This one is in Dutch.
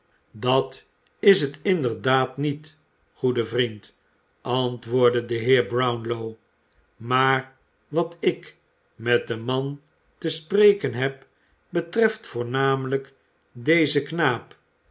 dat is het inderdaad niet goede vriend antwoordde de heer brown ow maar wat ik met den man te spreken heb betreft voornamelijk dezen knaap